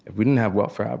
if we didn't have welfare, um